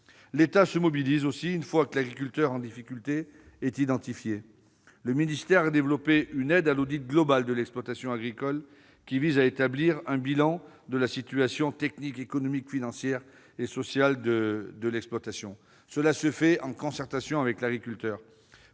L'État se mobilise aussi une fois que l'agriculteur en difficulté est identifié. Le ministère a développé une aide à l'audit global de l'exploitation agricole, qui vise à établir un bilan de la situation technique, économique, financière et sociale de l'exploitation. Celui-ci se fait en concertation avec l'agriculteur.